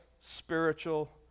spiritual